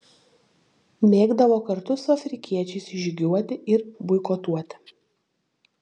mėgdavo kartu su afrikiečiais žygiuoti ir boikotuoti